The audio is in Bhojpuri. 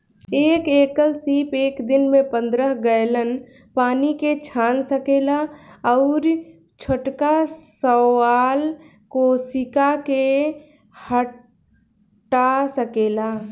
एक एकल सीप एक दिन में पंद्रह गैलन पानी के छान सकेला अउरी छोटका शैवाल कोशिका के हटा सकेला